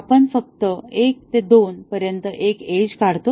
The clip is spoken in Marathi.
आपण फक्त 1 ते 2 पर्यंत एक एज काढतो